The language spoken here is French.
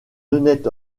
honnête